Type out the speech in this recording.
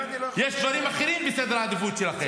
יש דברים אחרים בסדר העדיפות שלכם.